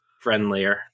friendlier